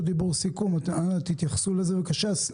הדיבור בסיכום ותתייחסו לזה בבקשה.